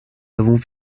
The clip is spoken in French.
avons